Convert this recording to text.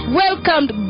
welcomed